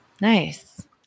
Nice